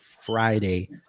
Friday